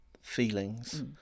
feelings